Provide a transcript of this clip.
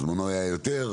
בזמנו היה יותר,